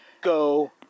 Go